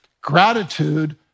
Gratitude